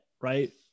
right